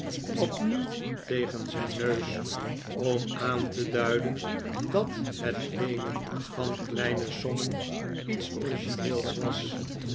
opnieuw tegen zijn neus om aan te duiden dat het leenen van kleine sommen iets origineels was